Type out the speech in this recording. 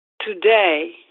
today